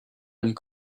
and